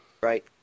right